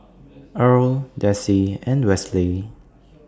Earl Desi and Westley